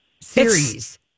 series